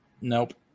Nope